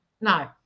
no